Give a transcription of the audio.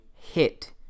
hit